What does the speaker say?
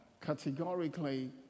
categorically